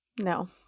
No